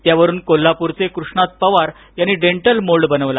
त्यावरून कोल्हापूरचे कृष्णात पवार यांनी डेंटल मोल्ड बनवला